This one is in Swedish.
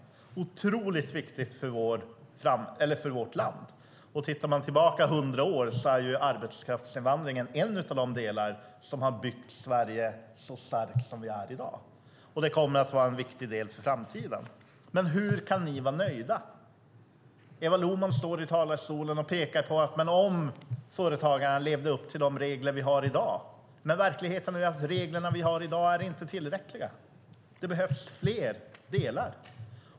Den är otroligt viktig för vårt land. Om vi ser tillbaka 100 år kan vi se att arbetskraftsinvandringen är en av de delar som har byggt Sverige så starkt som det är i dag. Det kommer att vara en viktig del för framtiden. Hur kan ni vara nöjda? Eva Lohman pekade i talarstolen på frågan om företagarna lever upp till de regler som finns i dag. Men verkligheten är att dagens regler inte är tillräckliga. Det behövs fler delar.